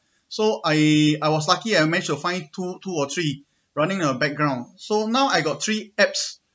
so I I was lucky I manage to find two two or three running a background so now I got three apps